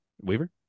Weaver